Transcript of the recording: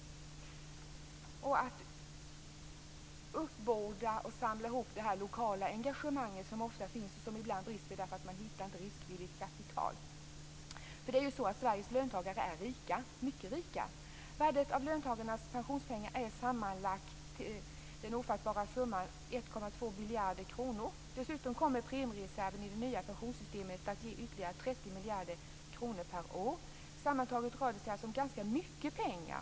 Det gäller också att uppbåda och samla det lokala engagemanget som ofta finns. Där brister det ibland därför att man inte hittar riskvilligt kapital. Sveriges löntagare är mycket rika. Värdet av löntagarnas pensionspengar är sammanlagt den ofattbara summan 1,2 biljoner kronor. Dessutom kommer premiereserven i det nya pensionssystemet att ge ytterligare 30 miljarder kronor per år. Sammantaget rör det sig om ganska mycket pengar.